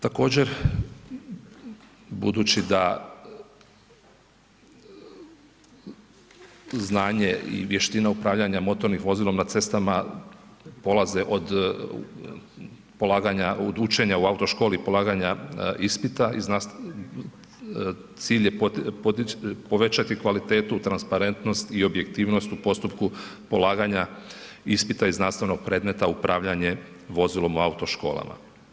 Također budući da znanje i vještina upravljanja motornim vozilom na cestama polaze od polaganja, od učenja u autoškoli i polaganja ispita i cilj je povećati kvalitetu, transparentnost i objektivnost u postupku polaganja ispita iz znanstvenog predmeta upravljanje vozilom u autoškolama.